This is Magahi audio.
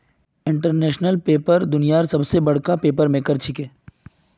इंटरनेशनल पेपर दुनियार सबस बडका पेपर मेकर छिके